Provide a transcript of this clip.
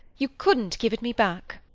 you couldn't give it me back.